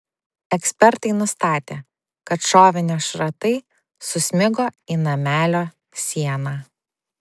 ekspertai nustatė kad šovinio šratai susmigo į namelio sieną